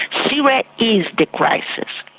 syria is the crisis,